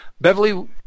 Beverly